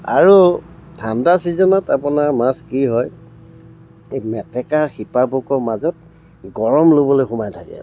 আৰু ঠাণ্ডা ছিজনত আপোনাৰ মাছ কি হয় এই মেটেকাৰ শিপাবোকৰ মাজত গৰম ল'বলৈ সোমাই থাকে